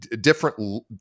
different